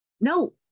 no